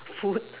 food